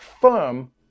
firm